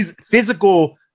physical